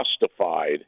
justified